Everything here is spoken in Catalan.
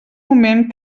moment